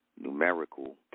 numerical